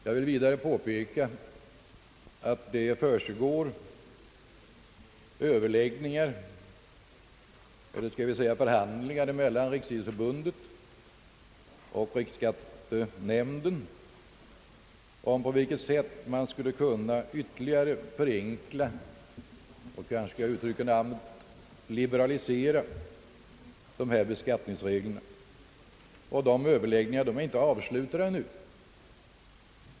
Jag vill vidare påpeka, att det försiggår överläggningar, eller skall vi säga förhandlingar, mellan Riksidrottsförbundet och riksskattenämnden om på vilket sätt man ytterligare skulle kunna förenkla och kanske liberalisera dessa beskattningsregler. Dessa överläggningar är ännu inte avslutade.